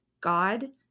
God